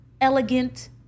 elegant